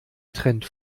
trend